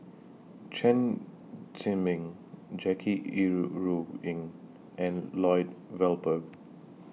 Chen Zhiming Jackie Yi Ru Ying and Lloyd Valberg